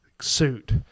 suit